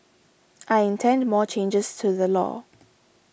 I intend more changes to the law